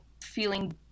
feeling